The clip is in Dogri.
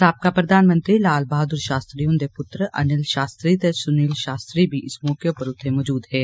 साबका प्रधानमंत्री लाल बहादुर षास्त्री हुंदे पुत्र अनिल षास्त्री ते सुनील षास्त्री बी इस मौके उप्पर मजूद हे